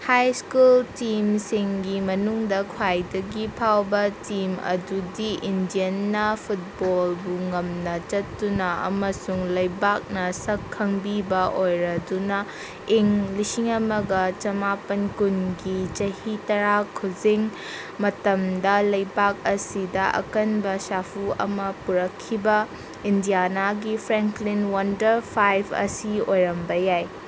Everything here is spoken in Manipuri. ꯍꯥꯏ ꯁ꯭ꯀꯨꯜ ꯇꯤꯝꯁꯤꯡꯒꯤ ꯃꯅꯨꯡꯗ ꯈ꯭ꯋꯥꯏꯗꯒꯤ ꯐꯥꯎꯕ ꯇꯤꯝ ꯑꯗꯨꯗꯤ ꯏꯟꯗꯤꯌꯟꯅ ꯐꯨꯠꯕꯣꯜꯕꯨ ꯉꯝꯅ ꯆꯠꯇꯨꯅ ꯑꯃꯁꯨꯡ ꯂꯩꯕꯥꯛꯅ ꯁꯛ ꯈꯪꯕꯤꯕ ꯑꯣꯏꯔꯗꯨꯅ ꯏꯪ ꯂꯤꯁꯤꯡ ꯑꯃꯒ ꯆꯥꯃꯥꯄꯟ ꯀꯨꯟꯒꯤ ꯆꯍꯤ ꯇꯔꯥ ꯈꯨꯖꯤꯡ ꯃꯇꯝꯗ ꯂꯩꯕꯥꯛ ꯑꯁꯤꯗ ꯑꯀꯟꯕ ꯁꯥꯐꯨ ꯑꯃ ꯄꯨꯔꯛꯈꯤꯕ ꯏꯟꯗꯤꯌꯥꯅꯥꯒꯤ ꯐ꯭ꯔꯦꯟꯀ꯭ꯂꯤꯟ ꯋꯥꯟꯗꯔ ꯐꯥꯏꯕ ꯑꯁꯤ ꯑꯣꯏꯔꯝꯕ ꯌꯥꯏ